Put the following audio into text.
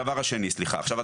עכשיו,